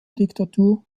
diktatur